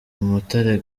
umutare